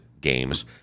games